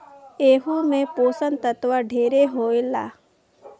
एहू मे पोषण तत्व ढेरे होला